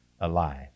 alive